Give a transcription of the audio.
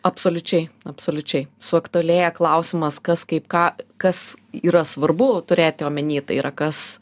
absoliučiai absoliučiai suaktualėja klausimas kas kaip ką kas yra svarbu turėti omeny tai yra kas